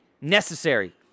necessary